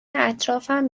اطرافم